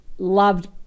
Loved